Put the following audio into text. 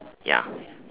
ya